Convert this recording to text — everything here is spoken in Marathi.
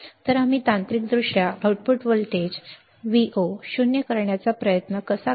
तर आम्ही तांत्रिकदृष्ट्या आउटपुट व्होल्टेज Vo शून्य करण्याचा प्रयत्न कसा करू